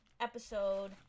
episode